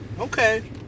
Okay